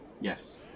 yes